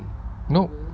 no